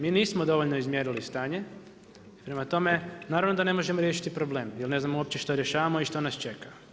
Mi nismo dobro izmjerili stanje, prema tome naravno da ne možemo riješiti problem jel ne znamo uopće što rješavamo i što nas čeka.